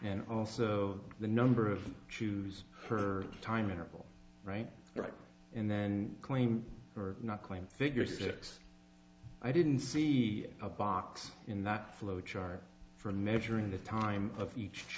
and also the number of choose her time interval right right and then claim or not claimed figure six i didn't see a box in that flow chart for measuring the time of each